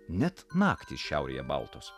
net naktys šiaurėje baltos